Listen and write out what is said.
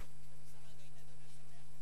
הישיבה